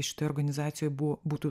šitoj organizacijoj buvo būtų